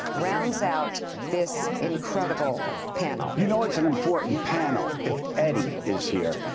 rounds out this incredible panel. you know it is an important panel if eddie is here.